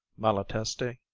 malatesti,